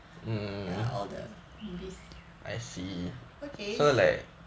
ya all the movies okay